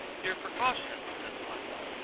your precaution, says philo,